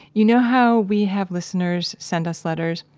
you know how we have listeners send us letters?